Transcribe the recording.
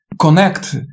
connect